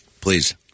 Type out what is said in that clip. Please